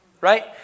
Right